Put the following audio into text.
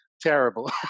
terrible